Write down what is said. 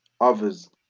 others